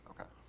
Okay